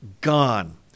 gone